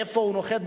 איפה הוא נוחת,